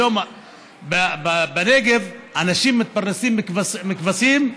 היום בנגב אנשים מתפרנסים מכבשים,